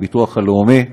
הביטוח הלאומי,